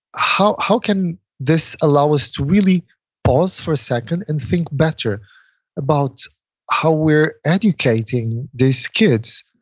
how how can this allow us to really pause for a second and think better about how we're educating these kids.